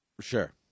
Sure